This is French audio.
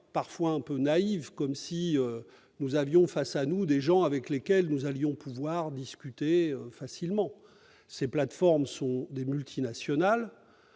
parfois un peu naïve, comme si nous avions face à nous des personnes avec lesquelles nous allions pouvoir discuter facilement. Mais ces plateformes sont des multinationales,